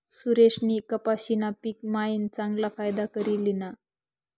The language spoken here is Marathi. सुरेशनी कपाशीना पिक मायीन चांगला फायदा करी ल्हिना